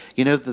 you know,